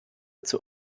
zur